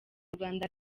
rwanda